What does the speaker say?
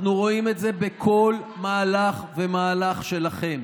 אנחנו רואים את זה בכל מהלך ומהלך שלכם.